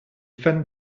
fans